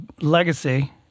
legacy